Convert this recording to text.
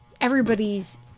everybody's